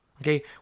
okay